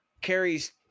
carries